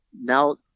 now